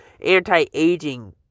anti-aging